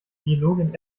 biologin